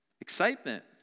excitement